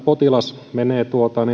potilas menee